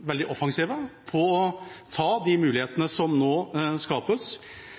veldig offensivt når det gjelder å ta de mulighetene som nå